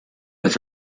with